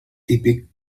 típic